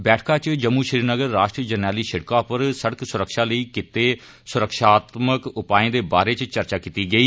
बैठका च जम्मू श्रीनगर राष्ट्रीय जरनैली सड़कै पर सड़क सुरक्षा लेई कीते गेदे सुरक्षात्मक उपाएं दे बारै च बी चर्चा कीती गेई